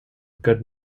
good